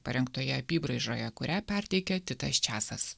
parengtoje apybraižoje kurią perteikia titas česas